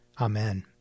Amen